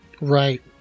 Right